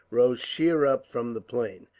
rose sheer up from the plain,